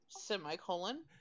Semicolon